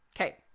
okay